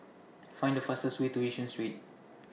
Find The fastest Way to Yishun Street